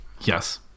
Yes